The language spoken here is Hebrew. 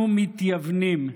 אנחנו מתייוונים,